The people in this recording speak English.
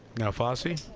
fassi.